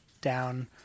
down